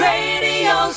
Radio